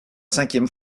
cinquième